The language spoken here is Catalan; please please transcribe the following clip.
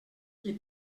qui